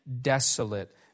desolate